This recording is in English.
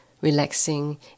relaxing